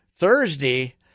Thursday